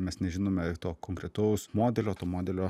mes nežinome to konkretaus modelio to modelio